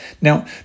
Now